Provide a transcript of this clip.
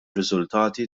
riżultati